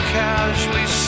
casually